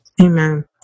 Amen